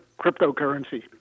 cryptocurrency